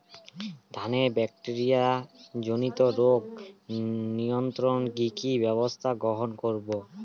ধানের ব্যাকটেরিয়া জনিত রোগ নিয়ন্ত্রণে কি কি ব্যবস্থা গ্রহণ করব?